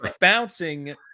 bouncing